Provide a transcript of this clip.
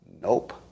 Nope